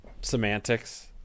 semantics